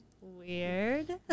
Weird